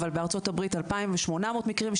אבל בארצות הברית 2,800 מקרים,